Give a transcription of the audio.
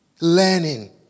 Learning